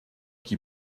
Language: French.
qui